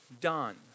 done